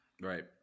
Right